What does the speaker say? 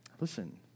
Listen